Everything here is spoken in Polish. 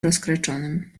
rozkraczonym